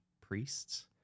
priests